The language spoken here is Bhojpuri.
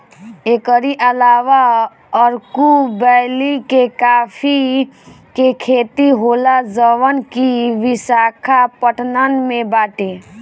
एकरी अलावा अरकू वैली में काफी के खेती होला जवन की विशाखापट्टनम में बाटे